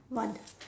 what